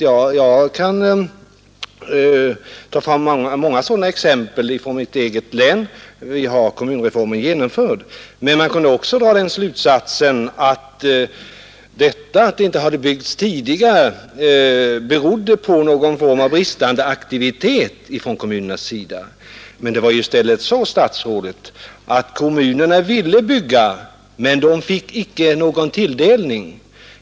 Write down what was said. Jag kan ta fram många sådana exempel från mitt eget län, där vi har kommunreformen genomförd. Men man kunde också dra den slutsatsen att statsrådet menade att det förhållandet att det inte hade byggts tidigare berodde på bristande aktivitet från kommunernas sida. Det var ju i stället så, herr statsråd, att kommunerna ville bygga men de fick icke någon tilldelning ur bostadskvoten.